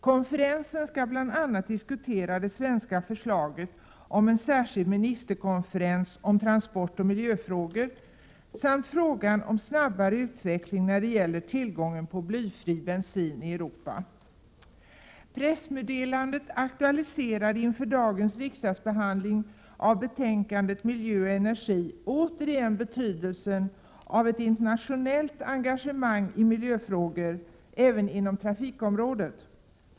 Konferensen skall bl.a. diskutera det svenska förslaget om en särskild ministerkonferens om transportoch miljöfrågor samt frågan om snabbare utveckling när det gäller tillgången på blyfri bensin i Europa. Pressmeddelandet aktualiserade inför dagens riksdagsbehandling av betänkandet Miljö och energi återigen betydelsen av ett internationellt engagemang i miljöfrågor även på trafikområdet.